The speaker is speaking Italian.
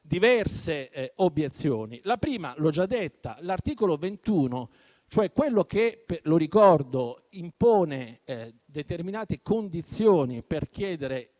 diverse obiezioni. La prima l'ho già esplicitata: l'articolo 21, cioè quello che - lo ricordo - impone determinate condizioni per chiedere